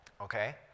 okay